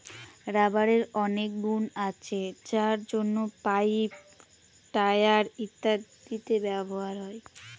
রাবারের অনেক গুন আছে যার জন্য পাইপ, টায়ার ইত্যাদিতে ব্যবহার হয়